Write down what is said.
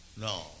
No